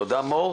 תודה, מור.